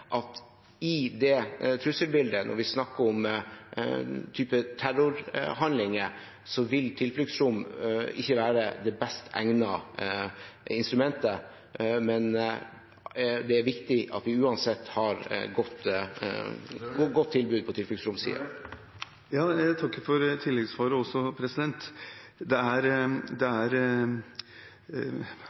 at i det trusselbildet, når vi snakker om den type terrorhandlinger, vil tilfluktsrom ikke være det best egnede instrumentet, men det er viktig at vi uansett har et godt tilbud på tilfluktsromsiden. Jeg takker for tilleggssvaret også. Det er